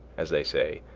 as they say,